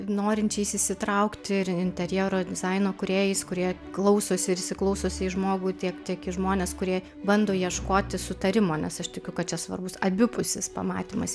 norinčiais įsitraukti ir interjero dizaino kūrėjais kurie klausosi ir įsiklausosi į žmogų tiek tiek į žmones kurie bando ieškoti sutarimo nes aš tikiu kad čia svarbus abipusis pamatymas